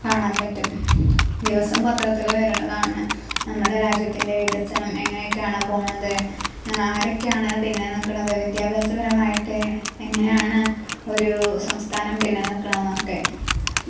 കാണാമ്പറ്റും ദിവസം പത്രത്തിൽ വരണതാണ് നമ്മുടെ രാജ്യത്തിന്റെ വികസനം എങ്ങനക്കെയാണ് പോകണത് ആരൊക്കെയാണ് പിന്നെ നിൽക്കണത് വിദ്യാഭ്യാസപരമായിട്ട് എങ്ങനെയാണ് ഒരു സംസ്ഥാനം പിന്നെ നിൽക്കണതെന്നൊക്കെ